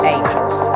Angels